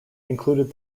included